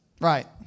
Right